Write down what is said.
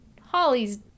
Holly's